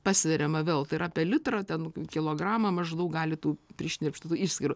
pasveriama vėl tai yra apie litrą ten kilogramą maždaug gali tų prišnirpštų išskyrų